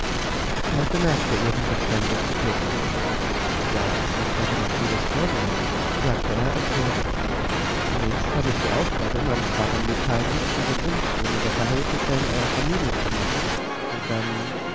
er bemerkte ihren befremdeten blick ja es liegt heute noch vieles vor mir sagte er erklärend zunächst habe ich die aufgabe meinem vater mitteilung von dem umschwunge der verhältnisse in eurer familie zu machen und dann